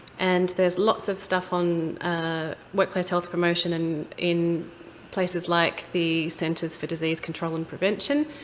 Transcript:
and there's lots of stuff on ah workplace health promotion and in places like the centers for disease control and prevention,